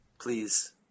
please